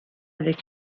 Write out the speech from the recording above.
avec